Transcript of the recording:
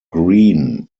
greene